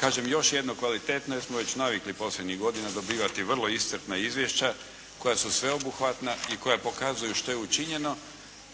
Kažem još jedno kvalitetno jer smo već navikli posljednjih godina dobivati vrlo iscrpna izvješća koja su sveobuhvatna i koja pokazuju što je učinjeno